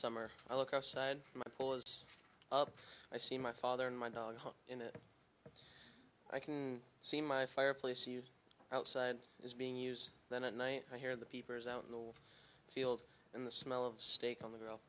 summer i look outside my up i see my father and my dog in it i can see my fireplace outside is being used then a night i hear the peepers out in the field and the smell of steak on the grill